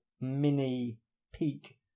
mini-peak